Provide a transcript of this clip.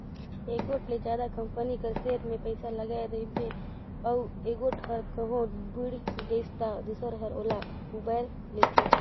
एगोट ले जादा कंपनी कर सेयर में पइसा लगाय रिबे अउ एगोट हर कहों बुइड़ गइस ता दूसर हर ओला उबाएर लेथे